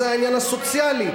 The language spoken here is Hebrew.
זה העניין הסוציאלי?